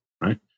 right